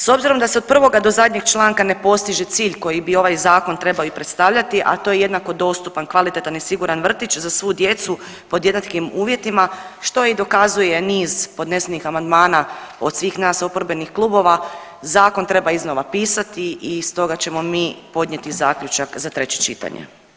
S obzirom da se od prvoga do zadnjega članka ne postiže cilj koji bi ovaj zakon trebao i predstavljati, a to je jednako dostupan, kvalitetan i siguran vrtić za svu djecu pod jednakim uvjetima što i dokazuje niz podnesenih amandmana od svih nas oporbenih klubova zakon treba iznova pisati i stoga ćemo mi podnijeti zaključak za treće čitanje.